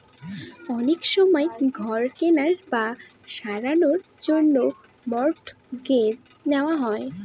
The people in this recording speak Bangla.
অনেক সময় ঘর কেনার বা সারানোর জন্য মর্টগেজ নেওয়া হয়